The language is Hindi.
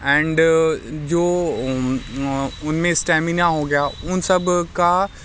एंड जो उनमें स्टैमिना हो गया उन सब का